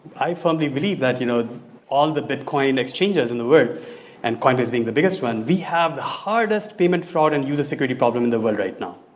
i firmly believe that you know all the bit coin exchanges in the world and coinbase being the biggest one we have the hardest payment fraud and user security problem in the world right now.